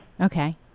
Okay